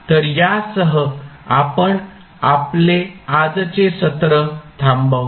तर यासह आपण आपले आजचे सत्र थांबवतो